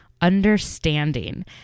Understanding